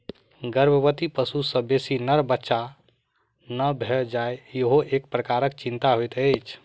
गर्भवती पशु सॅ बेसी नर बच्चा नै भ जाय ईहो एक प्रकारक चिंता होइत छै